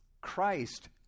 Christ